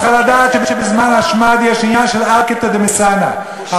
את צריכה לדעת שבזמן השמד יש עניין של "ערקתא דמסאנא" בושה.